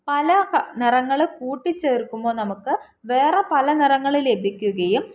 പല നിറങ്ങൾ കൂട്ടിച്ചേർക്കുമ്പോൾ നമുക്ക് വേറെ പല നിറങ്ങൾ ലഭിക്കുകയും